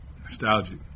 Nostalgic